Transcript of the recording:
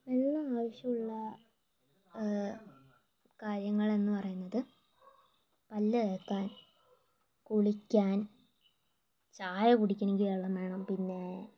വെള്ളം ആവശ്യമുള്ള കാര്യങ്ങൾ എന്നുപറയുന്നത് പല്ല് തേക്കാൻ കുളിക്കാൻ ചായ കുടിക്കണമെങ്കിൽ വെള്ളം വേണം പിന്നേ